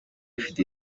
afite